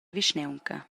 vischnaunca